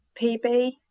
PB